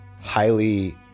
highly